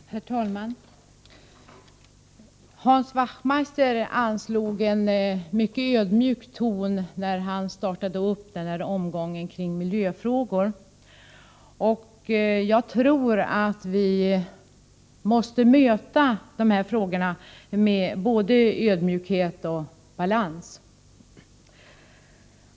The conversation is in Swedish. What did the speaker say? Herr talman! Hans Wachtmeister anslog en mycket ödmjuk ton när han startade den här omgången kring miljöfrågorna. Jag tror att vi måste möta de här frågorna med både ödmjukhet och balans.